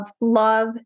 love